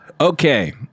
Okay